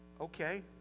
Okay